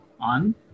on